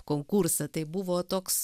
konkursą tai buvo toks